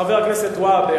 חבר הכנסת והבה,